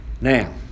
Now